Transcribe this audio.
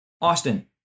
Austin